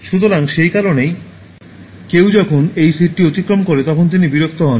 সুতরাং সেই কারণেই কেউ যখন এই সিটটি অতিক্রম করে তখন তিনি বিরক্ত হন